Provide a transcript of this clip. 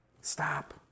stop